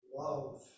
love